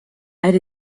add